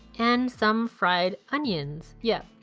and some fried onions. yup,